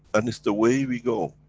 and it's the way we go,